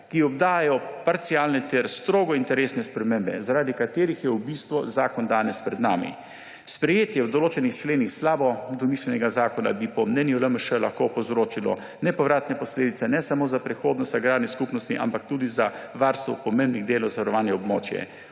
ki obdaja parcialne ter strogo interesne spremembe, zaradi katerih je v bistvu zakon danes pred nami. Sprejetje v določenih členih slabo domišljenega zakona bi po mnenju LMŠ lahko povzročilo nepovratne posledice ne samo za prihodnost agrarnih skupnosti, ampak tudi za varstvo pomembnih delov za varovanje območje.